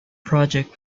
project